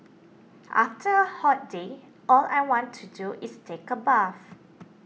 after hot day all I want to do is take a bath